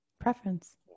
preference